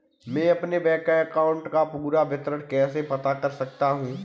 मैं अपने bank account का पूरा विवरण कैसे पता कर सकता हूँ?